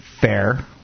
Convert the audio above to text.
fair